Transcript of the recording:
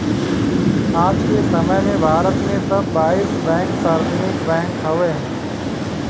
आज के समय में भारत में सब बाईस बैंक सार्वजनिक बैंक हउवे